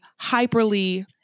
hyperly